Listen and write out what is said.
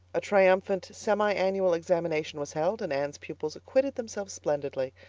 a triumphant semi-annual examination was held and anne's pupils acquitted themselves splendidly.